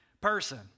person